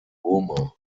burma